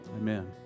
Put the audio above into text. Amen